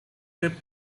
trip